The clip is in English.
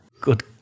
Good